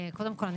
קודם כל,